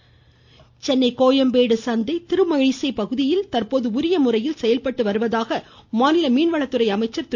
ஜெயக்குமார் சென்னை கோயம்பேடு சந்தை திருமழிசை பகுதியில் தற்போது உரிய முறையில் செயல்பட்டு வருவதாக மாநில மீன்வளத்துறை அமைச்சர் திரு